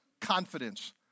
confidence